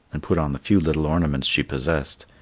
and put on the few little ornaments she possessed,